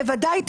בוודאי.